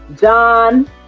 John